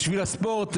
בשביל הספורט,